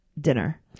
dinner